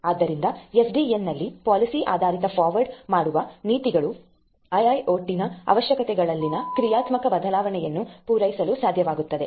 ಆದ್ದರಿಂದ ಎಸ್ಡಿಎನ್ನಲ್ಲಿ ಪಾಲಿಸಿ ಆಧಾರಿತ ಫಾರ್ವರ್ಡ್ ಮಾಡುವ ನೀತಿಗಳು IIoT ನ ಅವಶ್ಯಕತೆಗಳಲ್ಲಿನ ಕ್ರಿಯಾತ್ಮಕ ಬದಲಾವಣೆಯನ್ನು ಪೂರೈಸಲು ಸಾಧ್ಯವಾಗುತ್ತದೆ